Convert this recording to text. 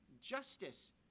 justice